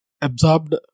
absorbed